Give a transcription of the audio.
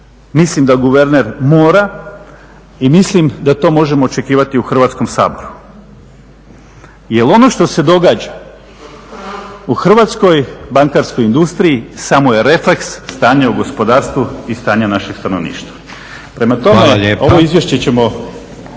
mislim da guverner mora i mislim da to možemo očekivati u Hrvatskom saboru. Jer ono što se događa u hrvatskoj bankarskoj industriji samo je refleks stanja u gospodarstvu i stanja našeg stanovništva. …/Upadica predsjednik: